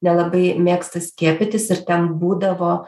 nelabai mėgsta skiepytis ir ten būdavo